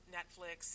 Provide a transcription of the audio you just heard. Netflix